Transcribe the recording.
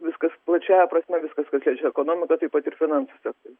viskas plačiąja prasme viskas kas liečia ekonomiką taip pat ir finansų sektorių